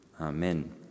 Amen